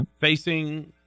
facing